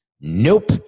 Nope